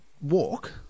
walk